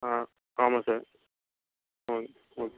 ஆ ஆமாம் சார் ம் ஓகே